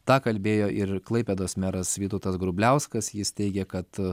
tą kalbėjo ir klaipėdos meras vytautas grubliauskas jis teigė kad